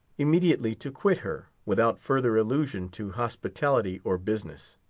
immediately to quit her, without further allusion to hospitality or business.